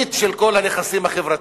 פומבית של כל הנכסים החברתיים.